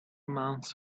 months